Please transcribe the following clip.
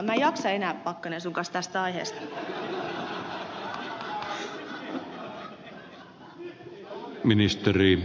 minä en jaksa enää ed